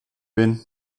bin